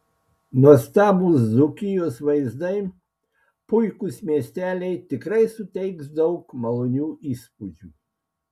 nuostabūs dzūkijos vaizdai puikūs miesteliai tikrai suteiks daug malonių įspūdžių